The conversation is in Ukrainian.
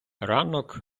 ранок